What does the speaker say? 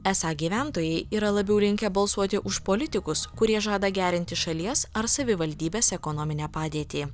esą gyventojai yra labiau linkę balsuoti už politikus kurie žada gerinti šalies ar savivaldybės ekonominę padėtį